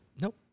Nope